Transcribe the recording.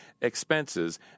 expenses